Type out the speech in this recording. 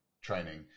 training